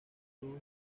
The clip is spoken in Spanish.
cruz